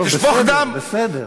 תשפוך דם, טוב, בסדר, בסדר.